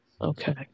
Okay